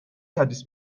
تدریس